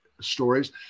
stories